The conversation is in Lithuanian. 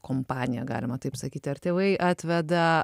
kompaniją galima taip sakyti ar tėvai atveda